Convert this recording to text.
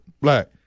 black